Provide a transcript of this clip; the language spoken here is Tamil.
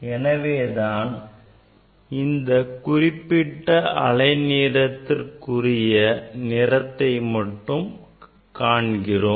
எனவே தான் அந்த குறிப்பிட்ட அலைநீளத்தில் உரிய நிறத்தை மட்டும் நாம் காண்கிறோம்